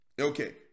Okay